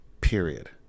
period